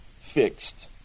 fixed